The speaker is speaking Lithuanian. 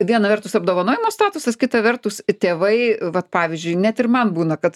viena vertus apdovanojimo statusas kita vertus tėvai vat pavyžiui net ir man būna kad